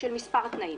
של מספר תנאים.